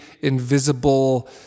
invisible